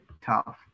tough